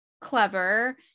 clever